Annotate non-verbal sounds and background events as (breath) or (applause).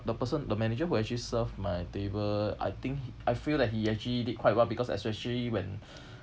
the person the manager who actually served my table I think I feel that he actually did quite well because especially when (breath)